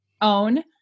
own